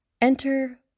enter